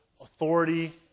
authority